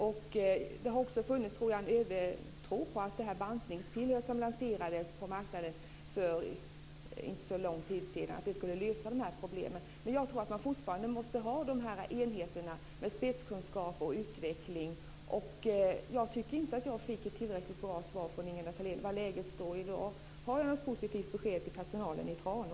Jag tror att det har funnits en övertro på att det bantningspiller som lanserades för inte så länge sedan skulle lösa problemen. Men jag tror att man fortfarande måste ha de här enheterna med spetskunskap och utveckling. Jag tycker inte att jag fick ett tillräckligt bra svar från Ingela Thalén på hur läget är i dag.